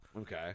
Okay